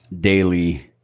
daily